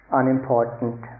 unimportant